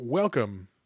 Welcome